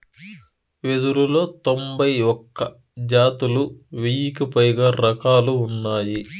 వెదురులో తొంభై ఒక్క జాతులు, వెయ్యికి పైగా రకాలు ఉన్నాయి